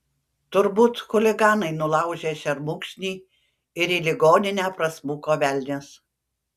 turbūt chuliganai nulaužė šermukšnį ir į ligoninę prasmuko velnias